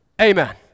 Amen